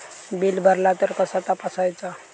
Bill भरला तर कसा तपसायचा?